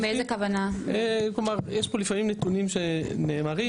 יש פה לפעמים נתונים שנאמרים,